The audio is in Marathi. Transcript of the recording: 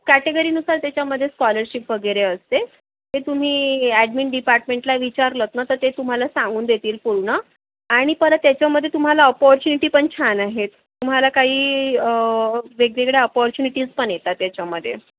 कॅटेगरीनुसार त्याच्यामध्ये स्कॉलरशिप वगैरे असते ते तुम्ही ऍडमिन डिपार्टमेंटला विचारलंत ना तर ते तुम्हाला सांगून देतील पूर्ण आणि परत त्याच्यामध्ये तुम्हाला अपॉर्च्युनिटी पण छान आहेत तुम्हाला काही वेगवेगळ्या अपॉर्च्युनिटीज पण येतात त्याच्यामध्ये